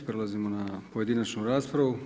Prelazimo na pojedinačnu raspravu.